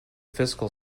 fiscal